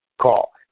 call